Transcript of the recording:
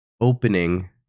opening